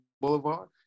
Boulevard